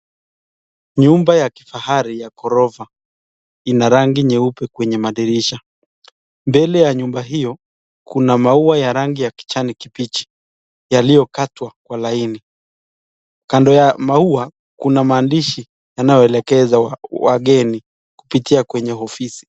Nyumba ya kifahari ya ghorofa ina rangi nyeupe kwenye madirisha. Mbele ya nyumba hiyo kuna maua ya rangi ya kijani kibichi yaliyo katwa kwa laini. Kando ya maua kuna maandishi yanoyoelekeza wageni kupitia kwenye ofisi.